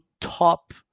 top